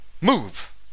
Move